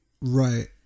Right